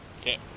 Okay